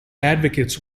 advocates